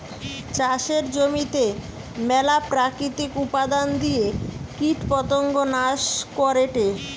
চাষের জমিতে মেলা প্রাকৃতিক উপাদন দিয়ে কীটপতঙ্গ নাশ করেটে